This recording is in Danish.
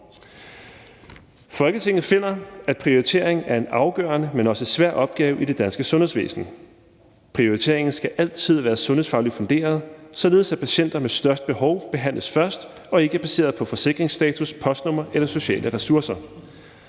»Folketinget finder, at prioritering er en afgørende, men også svær opgave i det danske sundhedsvæsen. Prioriteringen skal altid være sundhedsfagligt funderet, således at patienter med størst behov behandles først og ikke baseret på forsikringsstatus, postnummer eller sociale ressourcer.